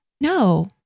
No